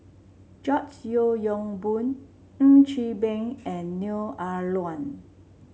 George Yeo Yong Boon Ng Chee Meng and Neo Ah Luan